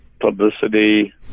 publicity